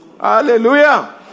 Hallelujah